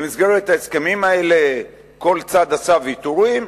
במסגרת ההסכמים האלה כל צד עשה ויתורים.